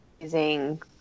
using